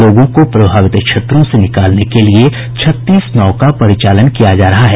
लोगों को प्रभावित क्षेत्रों से निकालने के लिये छत्तीस नाव का परिचालन किया जा रहा है